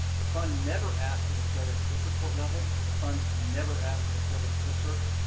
the fund never asked for discovery at the district court level, the fund never asked for discovery at the fifth circuit.